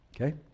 Okay